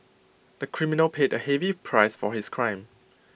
the criminal paid A heavy price for his crime